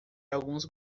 alguns